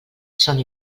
són